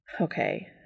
Okay